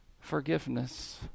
forgiveness